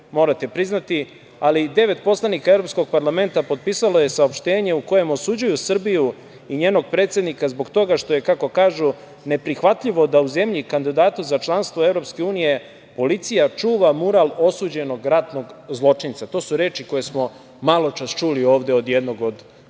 morate priznati, ali devet poslanika Evropskog parlamenta potpisalo je saopštenje u kojem osuđuju Srbiju i njenog predsednika zbog toga što je kako kažu neprihvatljivo da u zemlji kandidatu za članstvo u EU policija čuva mural osuđenog ratnog zločinca. To su reči koje smo maločas čuli ovde od jednog od kolega.